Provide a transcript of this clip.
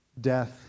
death